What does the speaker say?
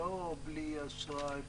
לא שזה יהיה בלי אשראי וכו'.